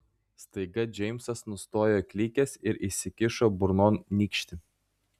staiga džeimsas nustojo klykęs ir įsikišo burnon nykštį